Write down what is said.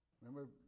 Remember